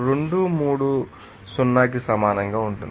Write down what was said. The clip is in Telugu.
023 0 కి సమానంగా ఉంటుంది